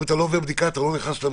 אם אתה לא עובר בדיקה אתה לא נכנס למדינה.